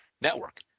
network